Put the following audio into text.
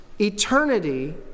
eternity